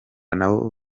nabo